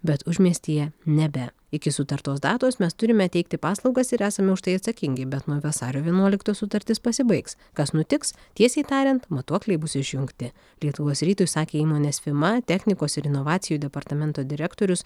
bet užmiestyje nebe iki sutartos datos mes turime teikti paslaugas ir esame už tai atsakingi bet nuo vasario vienuoliktos sutartis pasibaigs kas nutiks tiesiai tariant matuokliai bus išjungti lietuvos rytui sakė įmonės fima technikos ir inovacijų departamento direktorius